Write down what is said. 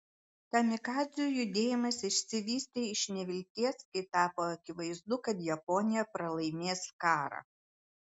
kamikadzių judėjimas išsivystė iš nevilties kai tapo akivaizdu kad japonija pralaimės karą